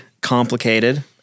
complicated